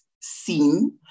seen